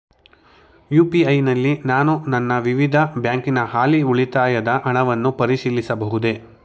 UPI ನಲ್ಲಿ ನಾನು ನನ್ನ ವಿವಿಧ ಬ್ಯಾಂಕಿನ ಹಾಲಿ ಉಳಿತಾಯದ ಹಣವನ್ನು ಪರಿಶೀಲಿಸಬಹುದೇ?